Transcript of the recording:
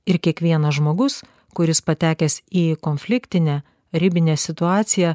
ir kiekvienas žmogus kuris patekęs į konfliktinę ribinę situaciją